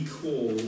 call